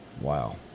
Wow